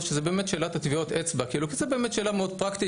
כי טביעות אצבע הן יותר מדויקות וקשה לזהות חלל עם טביעות פנים